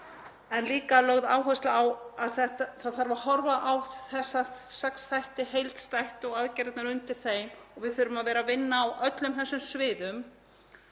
en líka lögð áhersla á að það þarf að horfa á þessa sex þætti heildstætt og aðgerðirnar undir þeim. Við þurfum að vera að vinna á öllum þessum sviðum.